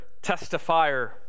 testifier